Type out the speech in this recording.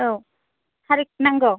औ थारिख नांगौ